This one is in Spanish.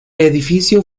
edificio